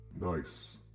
Nice